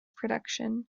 production